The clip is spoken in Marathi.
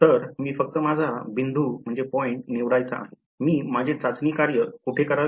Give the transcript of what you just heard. तर मी फक्त माझा बिंदू निवडायचा आहेमी माझे चाचणी कार्य कुठे करावे